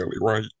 right